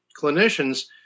clinicians